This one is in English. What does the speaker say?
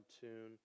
tune